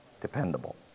dependable